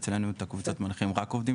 אצלינו את הקבוצות מנחים רק עובדים